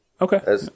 Okay